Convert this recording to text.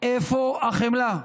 איפה החמלה?